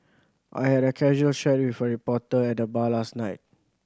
I had a casual chat with a reporter at the bar last night